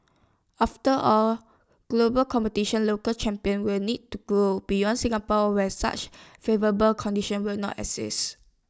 after all global competition local champions will need to grow beyond Singapore where such favourable conditions will not exists